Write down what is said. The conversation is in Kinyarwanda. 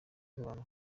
z’abantu